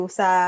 sa